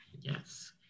Yes